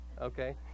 okay